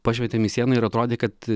pašvietėm į sieną ir atrodė kad